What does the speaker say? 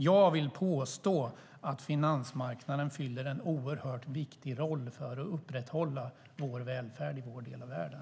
Jag vill påstå att finansmarknaden fyller en oerhört viktig roll för att upprätthålla välfärden i vår del av världen.